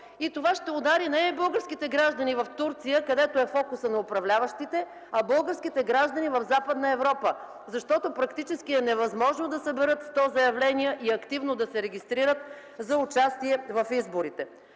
И това ще удари не българските граждани в Турция, където е фокусът на управляващите, а българските граждани в Западна Европа, защото практически е невъзможно да съберат 100 заявления и активно да се регистрират за участие в изборите.